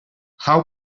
how